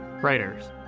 Writers